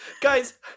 Guys